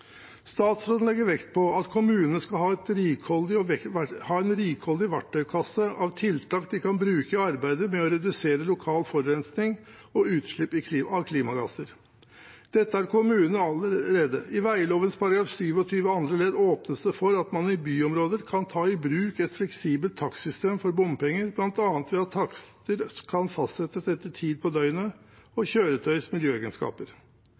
Statsråden legger vekt på at kommunene skal ha en rikholdig verktøykasse av tiltak de kan bruke i arbeidet med å redusere lokal forurensning og utslipp av klimagasser. Dette har kommunene allerede. I vegloven § 27 andre ledd åpnes det for at man i byområder kan ta i bruk et fleksibelt takstsystem for bompenger, bl.a. ved at takster kan fastsettes etter tid på døgnet og kjøretøyets miljøegenskaper.